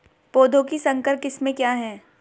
पौधों की संकर किस्में क्या क्या हैं?